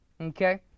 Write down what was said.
okay